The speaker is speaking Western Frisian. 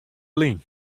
lyn